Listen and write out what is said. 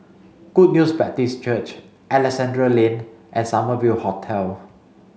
Good News Baptist Church Alexandra Lane and Summer View Hotel